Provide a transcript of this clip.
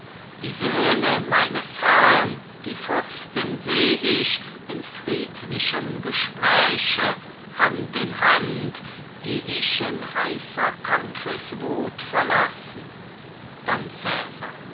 die söhne meines herrn die fürsten seh ich in friedlichem gespräche hand in hand die ich in heißer kampfes wuth verlassen